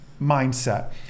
mindset